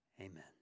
amen